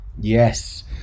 Yes